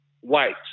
whites